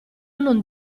non